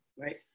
Right